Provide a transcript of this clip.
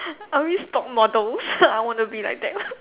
I only stalk models I wanna be like them